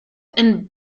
and